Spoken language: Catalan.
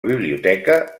biblioteca